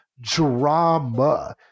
drama